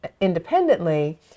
independently